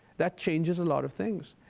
that changes a lot of things.